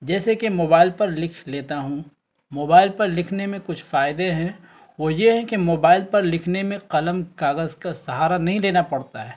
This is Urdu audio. جیسے کہ موبائل پر لکھ لیتا ہوں موبائل پر لکھنے میں کچھ فائدے ہیں وہ یہ ہیں کہ موبائل پر لکھنے میں قلم کاغذ کا سہارا نہیں لینا پڑتا ہے